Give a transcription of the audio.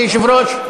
כיושב-ראש,